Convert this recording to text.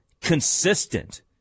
consistent